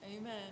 Amen